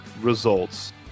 results